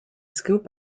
scoop